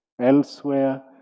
elsewhere